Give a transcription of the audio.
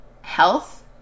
health